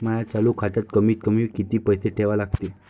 माया चालू खात्यात कमीत कमी किती पैसे ठेवा लागते?